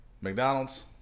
mcdonald's